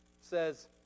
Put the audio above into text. says